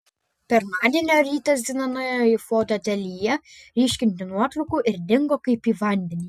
pirmadienio rytą zina nuėjo į foto ateljė ryškinti nuotraukų ir dingo kaip į vandenį